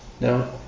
Now